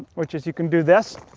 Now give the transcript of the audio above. which is you can do this.